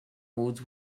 olds